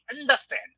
understand